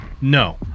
No